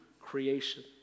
creation